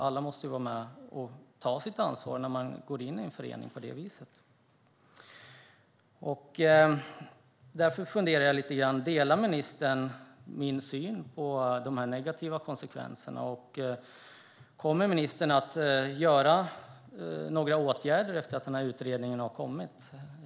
Alla måste vara med och ta sitt ansvar när de går in i en förening på det viset. Därför funderar jag lite grann. Delar ministern min syn på de negativa konsekvenserna? Kommer ministern att vidta några åtgärder efter att utredningen har kommit?